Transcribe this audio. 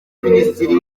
minisitiri